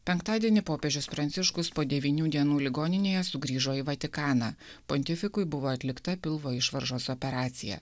penktadienį popiežius pranciškus po devynių dienų ligoninėje sugrįžo į vatikaną pontifikui buvo atlikta pilvo išvaržos operacija